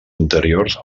anteriors